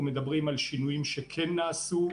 אנחנו מדברים על שינויים שכן נעשו,